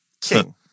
King